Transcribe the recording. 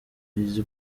izi